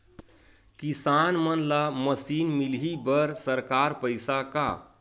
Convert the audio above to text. किसान मन ला मशीन मिलही बर सरकार पईसा का?